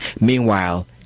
meanwhile